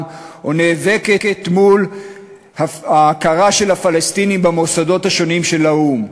או נאבקת מול ההכרה בפלסטינים במוסדות השונים של האו"ם,